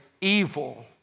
evil